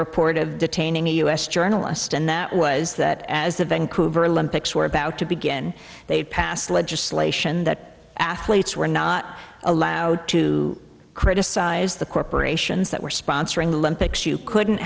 report of detaining a us journalist and that was that as the vancouver olympics were about to begin they passed legislation that athletes were not allowed to criticize the corporations that were sponsoring the olympics you couldn't